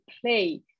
play